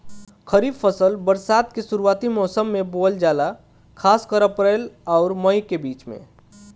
खरीफ फसल बरसात के शुरूआती मौसम में बोवल जाला खासकर अप्रैल आउर मई के बीच में